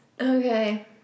Okay